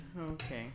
Okay